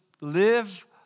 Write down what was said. live